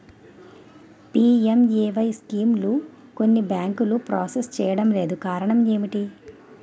PMAY స్కీమును కొన్ని బ్యాంకులు ప్రాసెస్ చేయడం లేదు కారణం ఏమిటి?